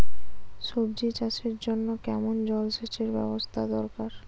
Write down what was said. সবজি চাষের জন্য কেমন জলসেচের ব্যাবস্থা দরকার?